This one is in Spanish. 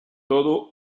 todo